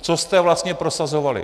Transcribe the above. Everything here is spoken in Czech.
Co jste vlastně prosazovali.